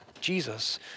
Jesus